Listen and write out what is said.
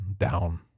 down